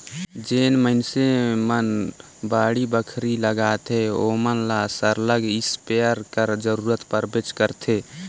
जेन मइनसे मन बाड़ी बखरी लगाथें ओमन ल सरलग इस्पेयर कर जरूरत परबे करथे